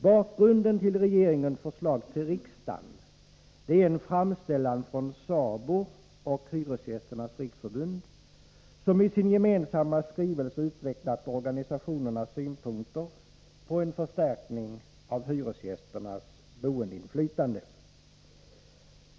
Bakgrunden till regeringens förslag till riksdagen är en framställan från SABO och Hyresgästernas riksförbund, som i sin gemensamma skrivelse utvecklade organisationernas synpunkter på en förstärkning av hyresgästernas boendeinflytande.